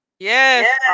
Yes